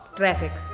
traffic.